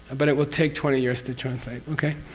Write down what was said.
but it will take twenty years to translate okay?